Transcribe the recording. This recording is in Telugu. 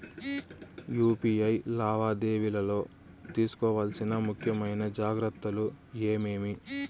యు.పి.ఐ లావాదేవీలలో తీసుకోవాల్సిన ముఖ్యమైన జాగ్రత్తలు ఏమేమీ?